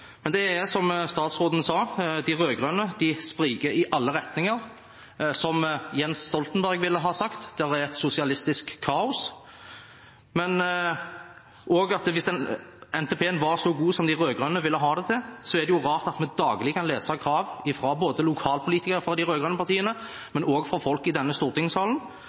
Det er som statsråden sa: De rød-grønne spriker i alle retninger. Jens Stoltenberg ville ha sagt: Det er et sosialistisk kaos. Men hvis NTP-en var så god som de rød-grønne ville ha det til, er det rart at vi daglig kan lese krav fra både lokalpolitikerne for de rød-grønne partiene, og også fra folk i denne stortingssalen,